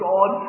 God